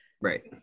right